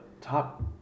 top